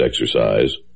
exercise